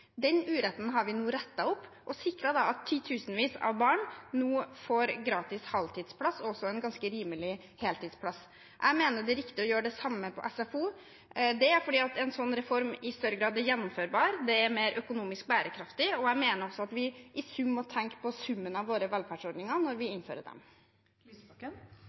Den uretten har vi nå rettet opp og sikret at titusenvis av barn nå får gratis halvtidsplass og også en ganske rimelig heltidsplass. Jeg mener det er riktig å gjøre det samme med SFO. Det er fordi en slik reform i større grad er gjennomførbar. Det er mer økonomisk bærekraftig, og jeg mener også at vi må tenke på summen av våre velferdsordninger når vi innfører dem. Det blir oppfølgingsspørsmål – først Audun Lysbakken.